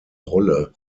rolle